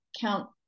count